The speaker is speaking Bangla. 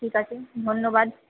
ঠিক আছে ধন্যবাদ